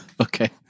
Okay